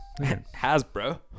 Hasbro